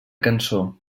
cançó